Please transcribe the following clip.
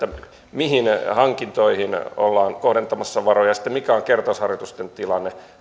mihin hankintoihin ollaan kohdentamassa varoja ja mikä on kertausharjoitusten tilanne